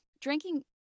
drinking